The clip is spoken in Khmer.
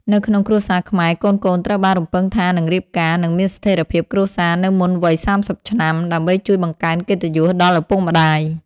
នៅក្នុងគ្រួសារខ្មែរ កូនៗត្រូវបានរំពឹងថានឹងរៀបការ និងមានស្ថិរភាពគ្រួសារនៅមុនវ័យ ៣០ ឆ្នាំ ដើម្បីជួយបង្កើនកិត្តិយសដល់ឪពុកម្តាយ។